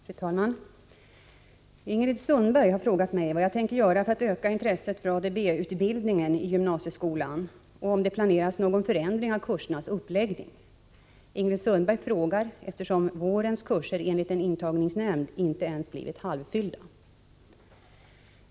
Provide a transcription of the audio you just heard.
Fru talman! Ingrid Sundberg har frågat vad jag tänker göra för att öka intresset för ADB-utbildning i gymnasieskolan och om det planeras någon förändring av kursernas uppläggning. Ingrid Sundberg frågar, eftersom vårens kurser enligt en intagningsnämnd inte ens blivit halvfyllda.